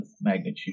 magnitude